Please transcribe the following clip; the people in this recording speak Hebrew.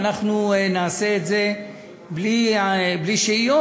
ואנחנו נעשה את זה בלי שהיות,